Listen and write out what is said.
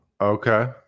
Okay